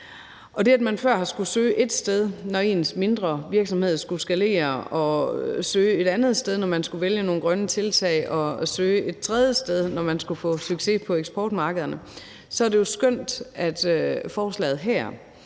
og når man før har skullet søge et sted, når ens mindre virksomhed skulle skalere, og søge et andet sted, når man skulle vælge nogle grønne tiltag, og søge et tredje sted, når man skulle få succes på eksportmarkederne, så er det jo skønt, at forslaget her